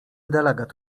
delegat